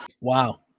Wow